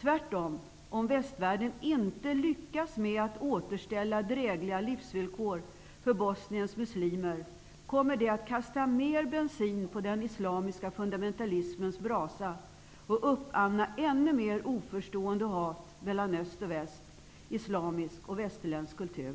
Tvärtom, om västvärlden inte lyckas med att återställa drägliga livsvillkor för Bosniens muslimer, kommer det att kasta mer bensin på den islamiska fundamentalismens brasa och uppamma ännu mer oförstående och hat mellan öst och väst, islamisk och västerländsk kultur.